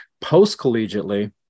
post-collegiately